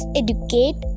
educate